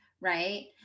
right